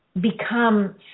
become